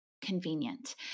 convenient